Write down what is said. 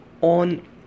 on